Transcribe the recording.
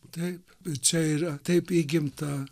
taip bet čia yra taip įgimta